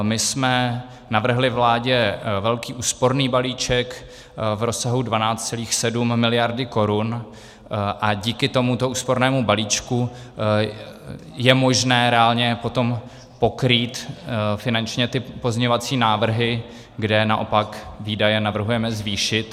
My jsme navrhli vládě velký úsporný balíček v rozsahu 12,7 mld. korun a díky tomuto úspornému balíčku je možné reálně potom pokrýt finančně ty pozměňovací návrhy, kde naopak výdaje navrhujeme zvýšit.